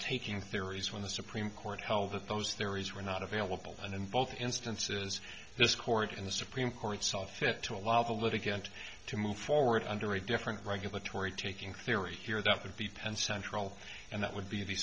taking theories when the supreme court held that those theories were not available and in both instances this court in the supreme court saw fit to allow of a litigant to move forward under a different regulatory taking theory here that would be penned central and that would be the